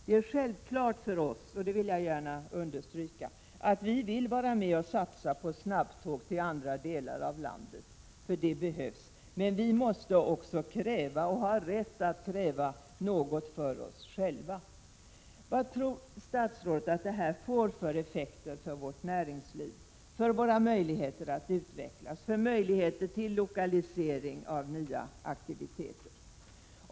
Det är självklart — det vill jag understryka — att vi vill vara med och satsa på snabbtåg till andra delar av landet, eftersom det behövs, men vi måste kräva och ha rätt att kräva något för oss själva. Vad tror statsrådet att det här får för effekter för vårt näringsliv, för våra möjligheter att utvecklas och för möjligheterna till lokalisering av nya aktiviteter?